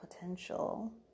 potential